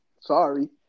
sorry